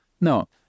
No